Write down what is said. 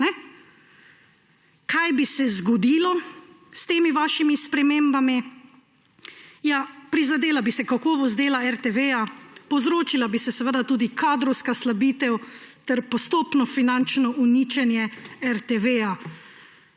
Kaj bi se zgodilo s temi vašimi spremembami? Ja, prizadela bi se kakovost dela RTV, povzročila bi se tudi kadrovska slabitev ter postopno finančno uničenje RTV.